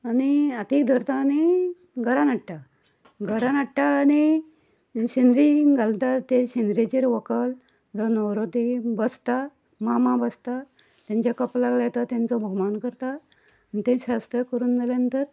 आनी हाती धरता आनी घरान हाडटा घरान हाडटा आनी शेनरी घालता ते शेनरेचेर व्हंकल जावं नवरो तीं बसता मामा बसता तेंच्या कपलाक लायता तेंचो भोवमान करता आनी तें शास्त्र करून जाल्या नंतर